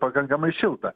pakankamai šilta